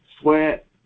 sweat